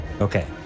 Okay